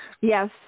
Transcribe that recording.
Yes